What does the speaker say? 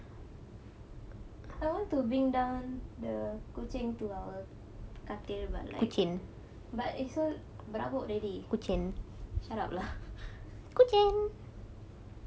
I want to bring down the kucing to our katil but like but it's also berhabuk already shut up lah